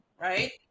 Right